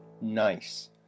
Nice